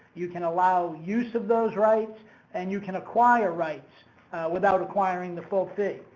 you can allow use of those rights and you can acquire rights without acquiring the full thing.